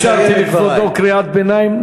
אני אפשרתי לכבודו קריאת ביניים,